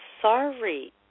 sorry